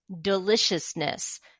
deliciousness